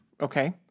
Okay